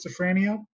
schizophrenia